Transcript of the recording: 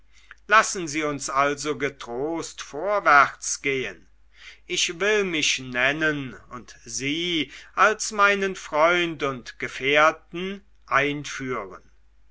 lassen sie uns also getrost vorwärtsgehen ich will mich nennen und sie als meinen freund und gefährten einführen